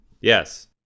Yes